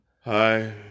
hi